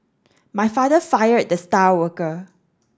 my father fired the star worker